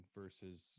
versus